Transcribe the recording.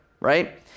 right